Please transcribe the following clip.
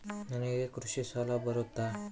ನನಗೆ ಕೃಷಿ ಸಾಲ ಬರುತ್ತಾ?